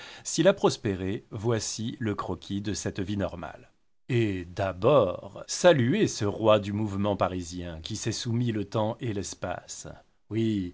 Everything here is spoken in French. s'il a prospéré voici le croquis de cette vie normale et d'abord saluez ce roi du mouvement parisien qui s'est soumis le temps et l'espace oui